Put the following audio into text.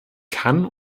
kann